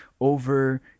over